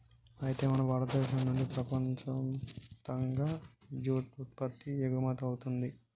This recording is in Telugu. అయితే మన భారతదేశం నుండి ప్రపంచయప్తంగా జూట్ ఉత్పత్తి ఎగుమతవుతుంది